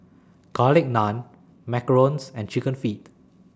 Garlic Naan Macarons and Chicken Feet